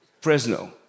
Fresno